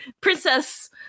Princess